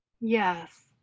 Yes